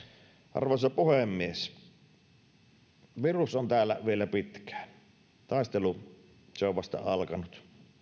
arvoisa puhemies virus on täällä vielä pitkään taistelu on vasta alkanut